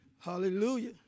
Hallelujah